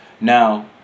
Now